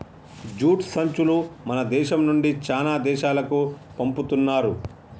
jute సంచులు మన దేశం నుండి చానా దేశాలకు పంపుతున్నారు